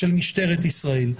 של משטרת ישראל.